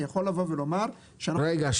אני יכול לבוא ולומר שאנחנו -- רגע,